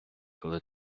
коли